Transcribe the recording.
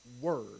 word